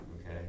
Okay